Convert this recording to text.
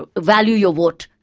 ah value your vote,